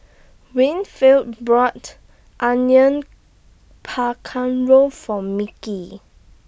Winfield brought Onion For Mickie